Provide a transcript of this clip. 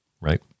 right